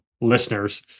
listeners